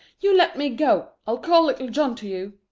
you let me go. i'll call little john to you.